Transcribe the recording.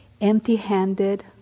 Empty-handed